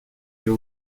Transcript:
vio